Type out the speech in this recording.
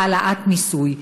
העלאת מיסוי.